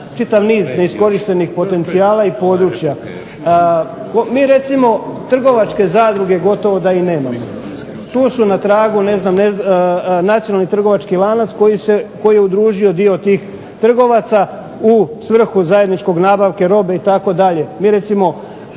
čitav niz neiskorištenih potencijala i područja. Mi recimo trgovačke zadruge gotovo da i nemamo. Tu su na tragu ne znam nacionalni trgovački lanac koji je udružio dio tih trgovaca u svrhu zajedničkog nabavke robe itd.